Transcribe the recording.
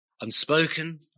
unspoken